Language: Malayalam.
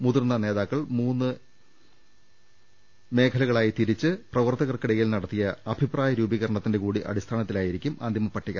മുതിർന്ന് നേതാക്കൾ മൂന്ന് മേഖല കളായി തിരിച്ച് പ്രവർത്തകർക്കിടയിൽ നടത്തിയ അഭിപ്രായ രൂപീ കരണത്തിന്റെ കൂടി അടിസ്ഥാനത്തിലായിരിക്കും അന്തിമ പട്ടിക